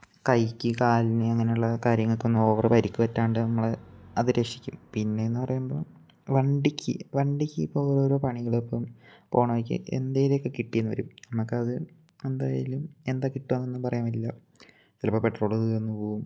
കൈക്ക് കാലിന് അങ്ങനെയുള്ള കാര്യങ്ങൾക്കൊന്നും ഓവറ് പരിക്ക് പറ്റാതെ നമ്മളെ അത് രക്ഷിക്കും പിന്നേ എന്നു പറയുമ്പോൾ വണ്ടിക്ക് വണ്ടിക്ക് ഇപ്പം ഓരോ ഓരോ പണികൾ ഇപ്പം പോകുന്ന വഴിക്ക് എന്തെങ്കിലുമൊക്കെ കിട്ടി എന്നു വരും നമുക്ക് അത് എന്തായാലും എന്താണ് കിട്ടുക എന്നൊന്നും പറയാൻ ല്ല ചിലപ്പോൾ പെട്രോള് തീർന്നു പോവും